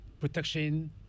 protection